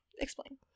Explain